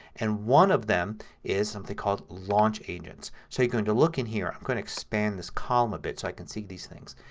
and one of them is something called launchagents. so you're going to look in here. i'm going to expand this column a bit so i can see these things.